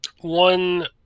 One